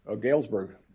Galesburg